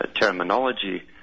terminology